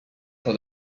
for